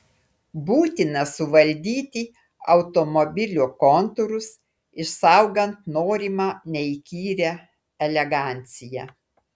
būtina suvaldyti automobilio kontūrus išsaugant norimą neįkyrią eleganciją